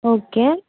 okay